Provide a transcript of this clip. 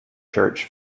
church